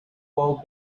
world